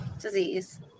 disease